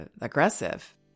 aggressive